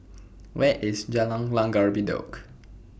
Where IS Jalan Langgar Bedok